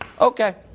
Okay